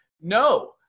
no